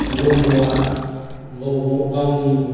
ब्रह्मवा गाव गावनि